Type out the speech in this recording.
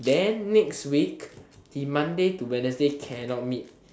then next week he monday to wednesday cannot meet